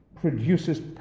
produces